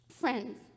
friends